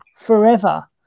forever